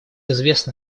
известно